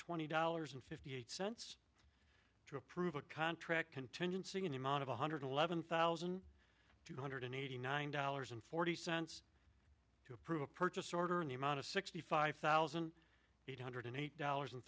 twenty dollars and fifty eight cents to approve a contract contingency in the amount of one hundred eleven thousand two hundred eighty nine dollars and forty cents to approve a purchase order in the amount of sixty five thousand eight hundred eight dollars and